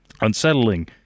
unsettling